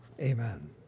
Amen